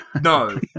No